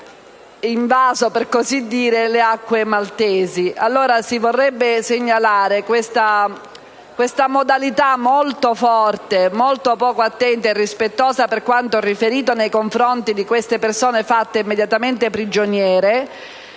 invaso, per così dire, le acque maltesi. Desidero segnalare questa modalità di operare molto incisiva, molto poco attenta e rispettosa, per quanto riferito, nei confronti di queste persone fatte immediatamente prigioniere: